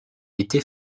était